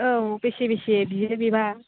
औ बेसे बेसे बियो बेबा